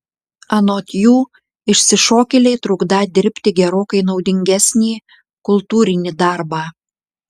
anot jų išsišokėliai trukdą dirbti gerokai naudingesnį kultūrinį darbą